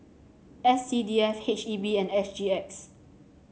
S C D F H E B and H G X